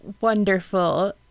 Wonderful